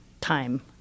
time